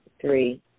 three